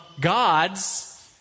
gods